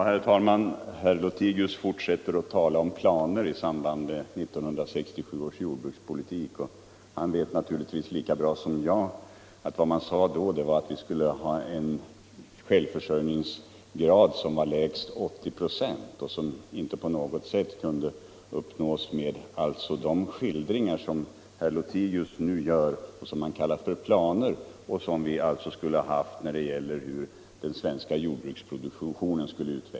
Herr talman! Herr Lothigius fortsätter att tala om planer i samband med 1967 års jordbrukspolitik. Han vet naturligtvis lika bra som jag att vad man sade då var att vi skulle ha en självförsörjningsgrad på lägst 80 96, och det hade inte på något sätt kunnat uppnås med de metoder för jordbrukets utveckling som herr Lothigius här talar om och som han kallar för planer.